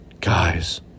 Guys